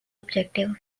objective